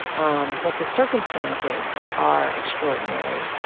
um but the circumstances are extraordinary.